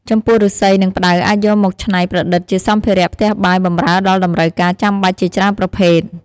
ចំពោះឫស្សី និងផ្តៅអាចយកមកច្នៃប្រឌិតជាសម្ភារៈផ្ទះបាយបម្រើដល់តម្រូវការចាំបាច់ជាច្រើនប្រភេទ។